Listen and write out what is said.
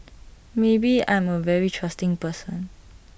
maybe I'm A very trusting person